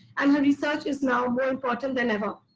and her research is now very important than ever.